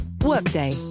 Workday